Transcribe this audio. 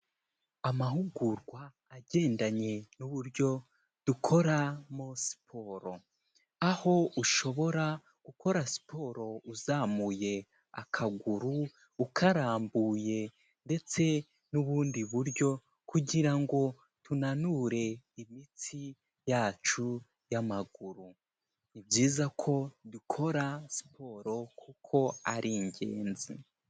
Amahugurwa agendanye n'uburyo dukoramo siporo, aho ushobora gukora siporo uzamuye akaguru, ukarambuye ndetse n'ubundi buryo kugira ngo tunanure imitsi yacu y'amaguru, ni byiza ko dukora siporo kuko ari ingenzi.